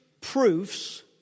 proofs